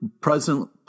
present